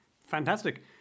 Fantastic